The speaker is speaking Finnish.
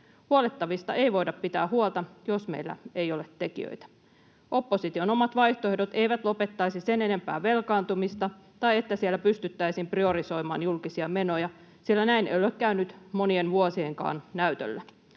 Huollettavista ei voida pitää huolta, jos meillä ei ole tekijöitä. Opposition omat vaihtoehdot eivät lopettaisi sen enempää velkaantumista tai että siellä pystyttäisiin priorisoimaan julkisia menoja, sillä näin ei ole käynyt monien vuosienkaan näytöllä.